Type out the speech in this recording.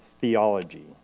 theology